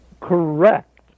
Correct